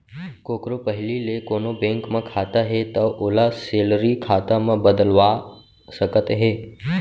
कोकरो पहिली ले कोनों बेंक म खाता हे तौ ओला सेलरी खाता म बदलवा सकत हे